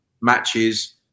matches